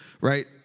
right